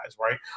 right